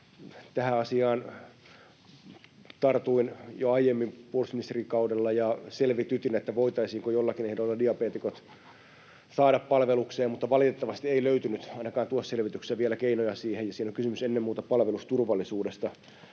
Tähän asiaan tartuin jo aiemmin puolustusministerikaudella ja selvitytin, voitaisiinko joillakin ehdoilla diabeetikot saada palvelukseen, mutta valitettavasti ei löytynyt ainakaan tuossa selvityksessä vielä keinoja siihen. Siinähän on kysymys ennen muuta palvelusturvallisuudesta.